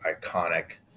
iconic